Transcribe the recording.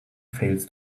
fails